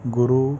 ਗੁਰੂ